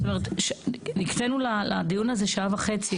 זאת אומרת הקצנו לדיון הזה שעה וחצי